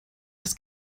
das